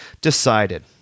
decided